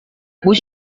bus